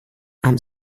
amb